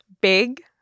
big